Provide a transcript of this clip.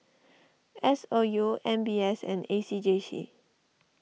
S O U M B S and A C J C